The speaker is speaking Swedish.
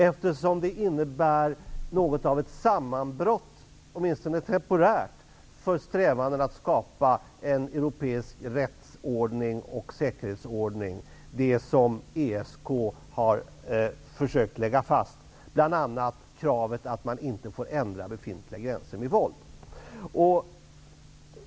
Situationen innebär något av ett sammanbrott -- åtminstone temporärt -- för strävandena att skapa en europeisk rättsordning och säkerhetsordning, dvs. det som ESK har försökt att lägga fast bl.a. genom kravet att man inte få ändra befintliga gränser med våld.